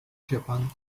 japan